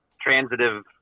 transitive